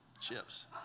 Chips